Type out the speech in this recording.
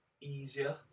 easier